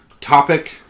topic